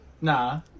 Nah